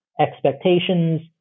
expectations